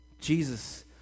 Jesus